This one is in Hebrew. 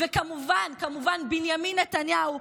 וכמובן כמובן בנימין נתניהו,